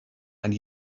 and